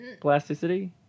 plasticity